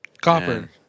Copper